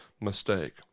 mistake